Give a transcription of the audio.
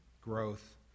growth